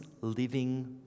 living